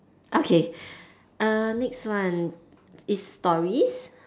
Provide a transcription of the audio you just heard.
okay err next one is stories